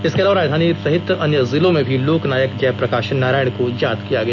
इसके अलावा राजधानी सहित अन्य जिलों में भी लोकनायक जयप्रकाश नारायण को याद किया गया